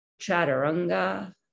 Chaturanga